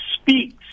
speaks